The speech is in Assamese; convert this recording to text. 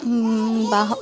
বাঁহৰ